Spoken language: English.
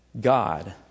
God